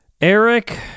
Eric